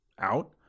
out